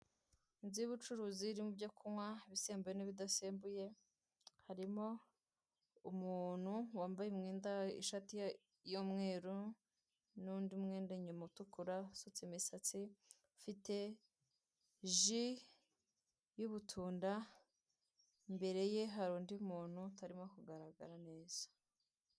Inzu y'ubucuruzi irimo ibyo kunywa ibisembuye n'ibidasembuye, harimo, umuntu wambaye imyenda, ishati y'umweru n'undi mweda inyuma utukura, asutse imisatsi ufite ji y'ubutunda imbereye hari undi muntu utarimo kugaragara neza.